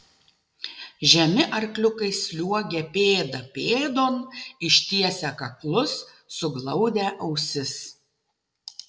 žemi arkliukai sliuogė pėda pėdon ištiesę kaklus suglaudę ausis